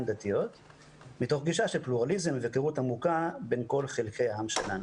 דתיות מתוך גישה של פלורליזם והיכרות עמוקה בין כל חלקי העם שלנו.